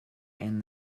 and